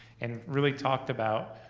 and really talked about